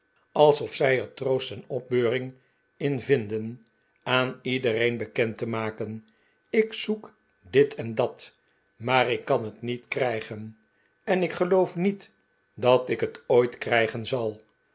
alsof zij er troost en opbeuring in vinden aan iedereen bekend te maken ik zoek dit en dat maar ik kan het niet krijgen en ik geloof niet dat ik het ooit krijgen zal